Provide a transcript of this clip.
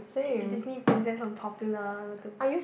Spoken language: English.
Disney princess from popular to